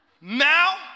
Now